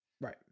Right